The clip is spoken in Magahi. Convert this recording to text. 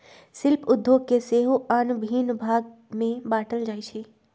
शिल्प उद्योग के सेहो आन भिन्न भाग में बाट्ल जाइ छइ